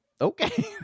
Okay